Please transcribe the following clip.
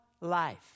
life